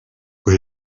ngo